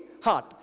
heart